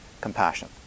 compassion